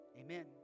Amen